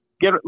get